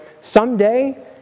Someday